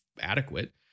adequate